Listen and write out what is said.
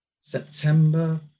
September